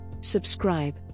Subscribe